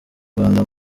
rwanda